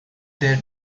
their